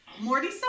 Morty